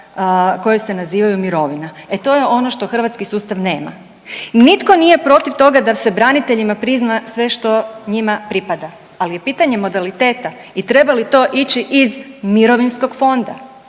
koje se nazivaju mirovina. E to je ono što hrvatski sustav nema. Nitko nije protiv toga da se braniteljima prizna sve što njima pripada, ali je pitanje modaliteta i treba li to ići iz mirovinskog fonda.